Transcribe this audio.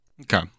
Okay